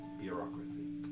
bureaucracy